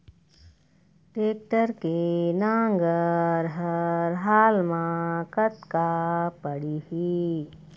Tractor के नांगर हर हाल मा कतका पड़िही?